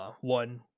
one